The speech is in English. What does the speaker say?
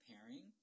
pairing